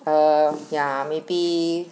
err ya maybe